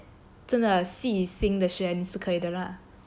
真的细心的学你是可以的 lah 我觉得